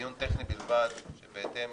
ובהתאם